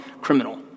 criminal